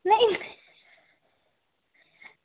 नेईं